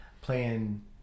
playing